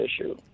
issue